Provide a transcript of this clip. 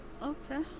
Okay